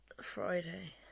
Friday